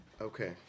Okay